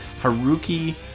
Haruki